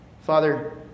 Father